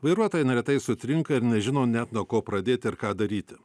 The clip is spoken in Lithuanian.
vairuotojai neretai sutrinka ir nežino net nuo ko pradėt ir ką daryti